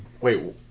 Wait